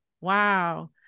wow